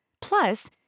Plus